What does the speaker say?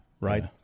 Right